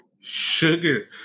Sugar